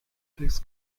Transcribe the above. des